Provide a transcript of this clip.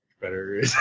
better